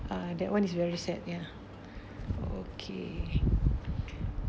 uh that [one] is very sad ya okay